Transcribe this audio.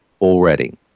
already